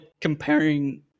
comparing